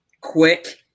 quick